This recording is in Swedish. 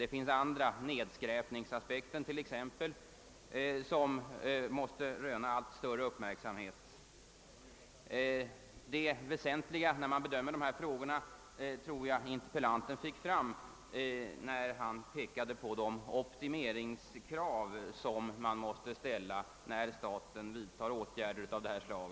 Det finns andra — nedskräpningsaspekten t.ex., som måste röna allt större uppmärksamhet. Det väsentliga för bedömningen av dessa frågor tycker jag att interpellanten angav när han pekade på de optimeringskrav som måste ställas då staten vidtar åtgärder av ifrågavarande slag.